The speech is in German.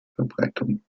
verbreitung